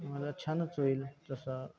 आम्हाला छानच होईल तसा